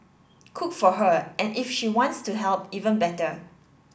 cook for her and if she wants to help even better